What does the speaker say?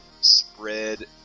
spread